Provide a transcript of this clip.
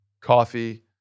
coffee